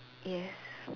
yes